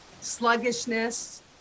sluggishness